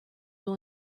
will